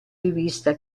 rivista